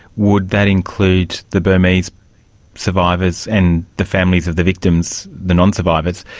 would that include the burmese survivors and the families of the victims, the non-survivors,